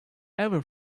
ever